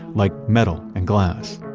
like metal and glass.